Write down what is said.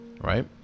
right